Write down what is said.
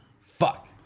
Fuck